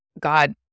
God